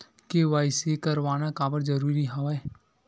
KYC करवाना काबर जरूरी हवय?